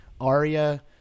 Arya